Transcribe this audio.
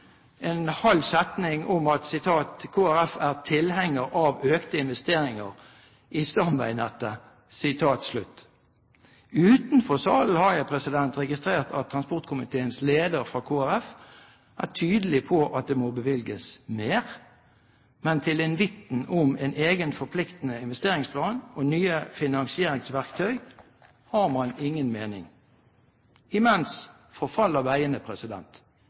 en halv setning om at Kristelig Folkeparti «er tilhenger av økte investeringer i stamveinettet». Utenfor salen har jeg registrert at transportkomiteens leder fra Kristelig Folkeparti er tydelig på at det må bevilges mer, men til invitten om en egen forpliktende investeringsplan og nye finansieringsverktøy har man ingen mening. Imens forfaller veiene. Representanten Arne Sortevik har tatt opp de forslagene han refererte til. Gode transportmuligheter er viktig for